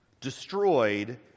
destroyed